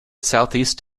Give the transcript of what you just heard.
southeast